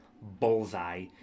bullseye